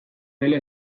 dela